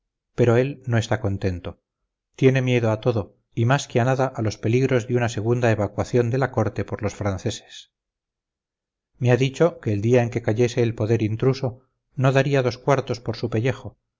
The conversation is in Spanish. pero él no está contento tiene miedo a todo y más que a nada a los peligros de una segunda evacuación de la corte por los franceses me ha dicho que el día en que cayese el poder intruso no daría dos cuartos por su pellejo